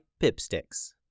Pipsticks